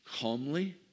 Calmly